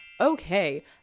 Okay